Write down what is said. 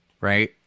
Right